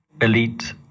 elite